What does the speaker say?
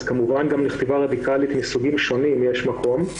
שכמובן גם לכתיבה רדיקלית מסוגים שונים יש מקום,